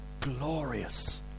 glorious